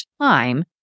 time